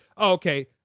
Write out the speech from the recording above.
okay